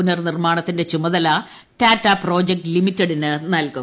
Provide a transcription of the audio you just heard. പുനർനിർമാണത്തിന്റെ ചുമതല ടാറ്റാ പ്രോജക്ട് ലിമിറ്റഡിന് നൽകും